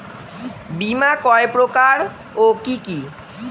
বীমা কয় প্রকার কি কি?